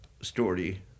story